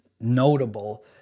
notable